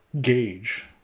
gauge